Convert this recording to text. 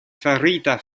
farita